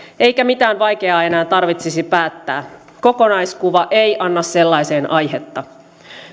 eikä mitään vaikeaa enää tarvitsisi päättää kokonaiskuva ei anna sellaiseen aihetta